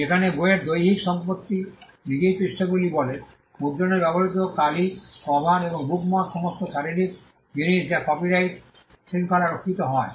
যেখানে বইয়ের দৈহিক সম্পত্তি নিজেই পৃষ্ঠাগুলি বলে মুদ্রণে ব্যবহৃত কালি কভার এবং বুকমার্ক সমস্ত শারীরিক জিনিস যা কপিরাইট শৃঙ্খলা রক্ষিত নয়